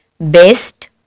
best